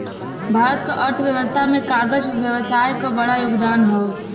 भारत क अर्थव्यवस्था में कागज व्यवसाय क बड़ा योगदान हौ